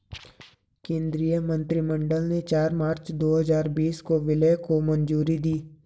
केंद्रीय मंत्रिमंडल ने चार मार्च दो हजार बीस को विलय को मंजूरी दी